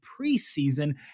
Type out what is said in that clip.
preseason